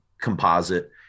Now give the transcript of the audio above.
composite